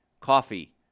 coffee